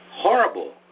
horrible